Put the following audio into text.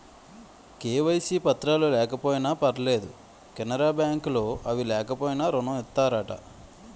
KYC పత్రాలు లేకపోయినా పర్లేదు కెనరా బ్యాంక్ లో అవి లేకపోయినా ఋణం ఇత్తారట